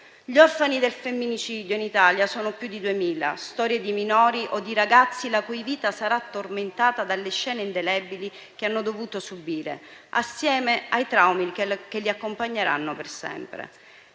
Gli orfani del femminicidio in Italia sono più di 2.000, storie di minori o di ragazzi la cui vita sarà tormentata dalle scene indelebili che hanno dovuto subire, assieme ai traumi che li accompagneranno per sempre.